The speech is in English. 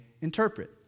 interpret